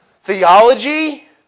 theology